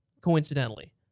coincidentally